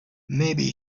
maybe